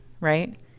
right